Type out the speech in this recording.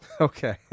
Okay